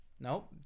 Nope